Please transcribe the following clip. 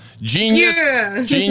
genius